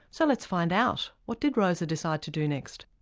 so let's find out, what did rosa decide to do next?